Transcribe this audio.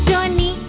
Johnny